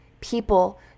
people